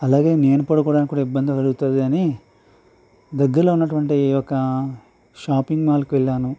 అలాగే నేను పడుకోవడానికి కూడా ఇబ్బంది పడతుంది అని దగ్గరలో ఉన్నటువంటి ఈ యొక్క షాపింగ్ మాల్కి వెళ్ళాను